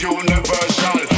universal